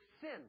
sin